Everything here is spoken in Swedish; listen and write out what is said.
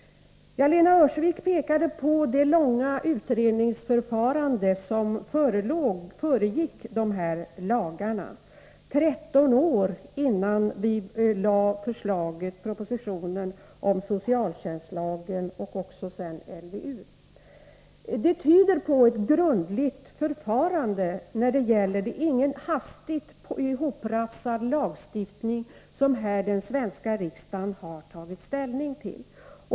Lena Öhrsvik påminde om det långa utredningsförfarande som föregick lagarna: 13 år gick innan vi framlade propositionen om socialtjänstlagen och också LVU. Det tyder på ett grundligt förfarande. Det är ingen hastigt ihoprafsad lagstiftning som den svenska riksdagen har tagit ställning till.